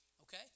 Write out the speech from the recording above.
okay